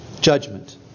judgment